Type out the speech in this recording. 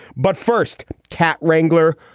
but first, cat wrangler,